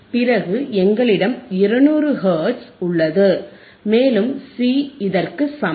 பிறகு எங்களிடம் 200 ஹெர்ட்ஸ் உள்ளது மேலும் சி இதற்கு சமம்